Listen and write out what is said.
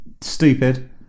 stupid